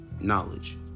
Knowledge